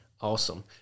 Awesome